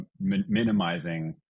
minimizing